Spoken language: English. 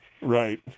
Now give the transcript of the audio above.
Right